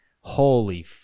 Holy